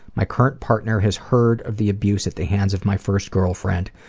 my current partner has heard of the abuse at the hands of my first girlfriend.